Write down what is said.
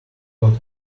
pot